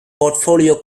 portfolio